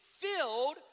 filled